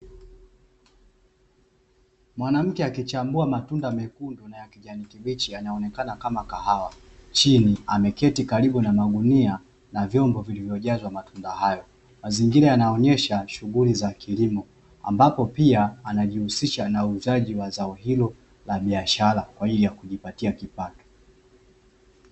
Mwanamke akichambua matunda mekundu na kijani kibichi yakionekana kama kahawa na chini mazingira ameketi karibu na magunia na vyombo vilivyojazwa matunda hayo, mazingira yanaonyesha shughuli za kilimo ambapo pia anajihusisha na uuzaji wa zao hilo kwaajili ya kujipatia kipato.